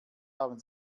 haben